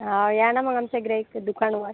आ या ना मग आमच्या इकडे इथं दुकानावर